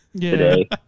today